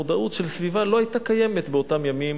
המודעות של סביבה לא היתה קיימת באותם ימים,